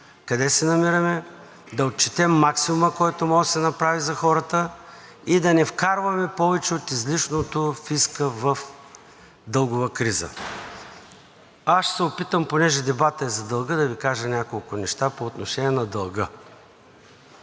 къде се намираме, да отчетем максимума, който може да се направи за хората, и да не вкарваме повече от излишното фиска в дългова криза. Аз ще се опитам, понеже дебатът е за дълга, да Ви кажа няколко неща по отношение на дълга.